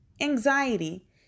anxiety